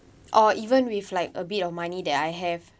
or even with like a bit of money that I have